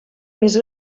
més